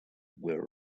were